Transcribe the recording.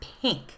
pink